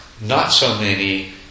not-so-many